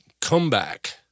comeback